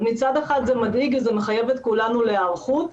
אז מצד אחד זה מדאיג וזה מחייב את כולנו להיערכות,